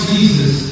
Jesus